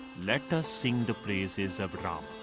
let us sing the praises of like um